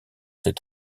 s’est